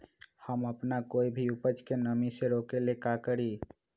हम अपना कोई भी उपज के नमी से रोके के ले का करी?